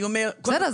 אני אומר --- בסדר,